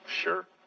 Sure